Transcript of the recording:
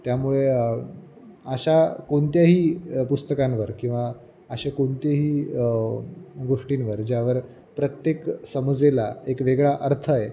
त्यामुळे अशा कोणत्याही पुस्तकांवर किंवा असे कोणतेही गोष्टींवर ज्यावर प्रत्येक समजला एक वेगळा अर्थ आहे